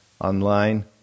online